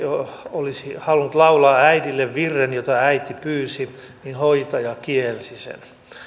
olisi halunnut laulaa äidilleen virren jota äiti pyysi niin hoitaja kielsi sen